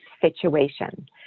situation